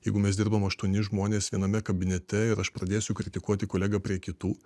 jeigu mes dirbam aštuoni žmonės viename kabinete ir aš pradėsiu kritikuoti kolegą prie kitų